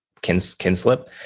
kinslip